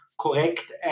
correct